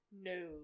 No